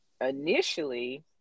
initially